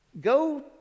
Go